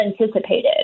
anticipated